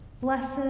blessed